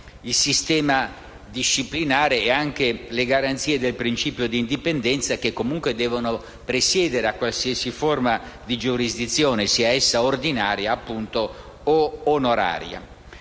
il sistema disciplinare e anche le garanzie del principio di indipendenza, che comunque devono presiedere a qualsiasi forma di giurisdizione, sia essa ordinaria od onoraria.